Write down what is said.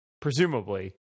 Presumably